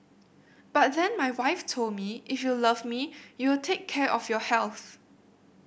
but then my wife told me if you love me you will take care of your health